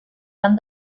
van